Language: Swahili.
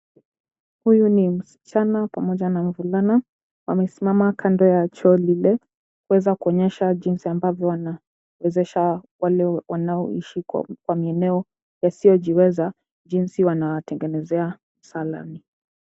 Huyu ni msichana pamoja na mvulana wamesimama kando ya choo zile kuweza kuonyesha jinsi ambavyo wanawezesha wale wanaoishi kwa eneo wasiojiweza jinsi wanawatengenezea msala.